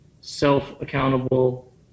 self-accountable